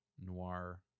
noir